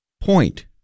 point